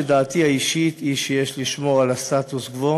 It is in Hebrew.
שדעתי האישית היא שיש לשמור על הסטטוס-קוו